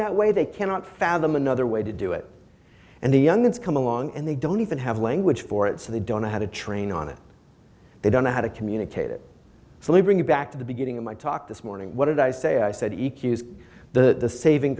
that way they cannot fathom another way to do it and the young ones come along and they don't even have language for it so they don't know how to train on it they don't know how to communicate it so they bring it back to the beginning of my talk this morning what did i say i said e q is the saving